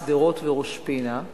שדרות וראש-פינה,